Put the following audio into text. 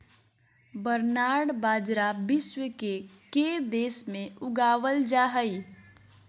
barnyard बाजरा विश्व के के देश में उगावल जा हइ